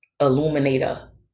illuminator